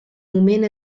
moment